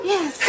Yes